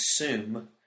assume